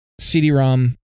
CD-ROM